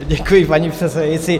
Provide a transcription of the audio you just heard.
Děkuji, paní předsedající.